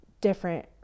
different